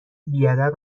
بیادب